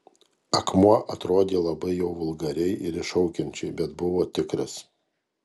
akmuo atrodė labai jau vulgariai ir iššaukiančiai bet buvo tikras